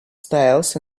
styles